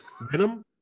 Venom